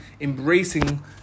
embracing